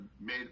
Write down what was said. made